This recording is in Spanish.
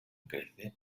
crece